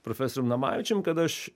profesorium namavičium kad aš